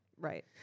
Right